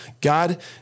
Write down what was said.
God